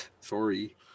Sorry